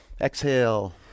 Exhale